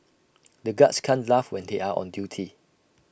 the guards can't laugh when they are on duty